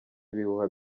ibihuha